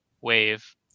wave